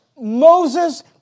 Moses